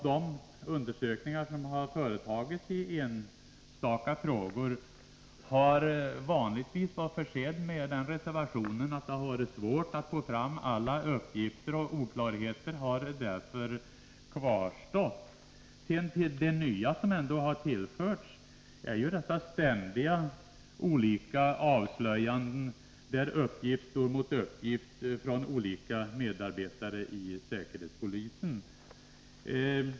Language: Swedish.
De undersökningar som har företagits i enstaka frågor har vanligtvis varit försedda med den reservationen att det har varit svårt att få fram alla uppgifter, och oklarheter har därför kvarstått. Till det nya som ändå har tillförts är de ständiga avslöjandena där uppgift står mot uppgift från olika medarbetare hos säkerhetspolisen.